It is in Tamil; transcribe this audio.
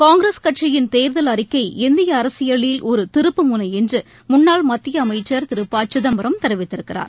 காங்கிரஸ் கட்சியின் தேர்தல் அறிக்கை இந்திய அரசியலில் ஒரு திருப்புமுனை என்று முன்னாள் மத்திய அமைச்சர் திரு ப சிதம்பரம் தெரிவித்திருக்கிறார்